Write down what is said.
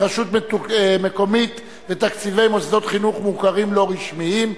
רשות מקומית ותקציבי מוסדות חינוך מוכרים לא רשמיים),